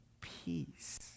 peace